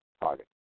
target